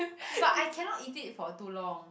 but I cannot eat it for too long